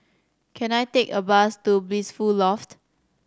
can I take a bus to Blissful Loft